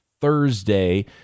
Thursday